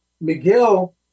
Miguel